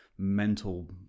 mental